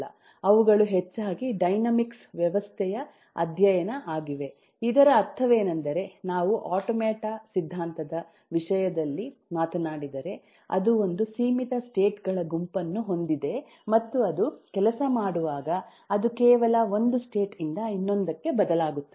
ಅವುಗಳು ಹೆಚ್ಚಾಗಿ ಡೈನಾಮಿಕ್ಸ್ ವ್ಯವಸ್ಥೆಯ ಅಧ್ಯಯನ ಆಗಿವೆ ಇದರ ಅರ್ಥವೇನೆಂದರೆ ನಾವು ಆಟೊಮ್ಯಾಟಾ ಸಿದ್ಧಾಂತದ ವಿಷಯದಲ್ಲಿ ಮಾತನಾಡಿದರೆ ಅದು ಒಂದು ಸೀಮಿತ ಸ್ಟೇಟ್ ಗಳ ಗುಂಪನ್ನು ಹೊಂದಿದೆ ಮತ್ತು ಅದು ಕೆಲಸ ಮಾಡುವಾಗ ಅದು ಕೇವಲ ಒಂದು ಸ್ಟೇಟ್ ಇಂದ ಇನ್ನೊಂದಕ್ಕೆ ಬದಲಾಗುತ್ತದೆ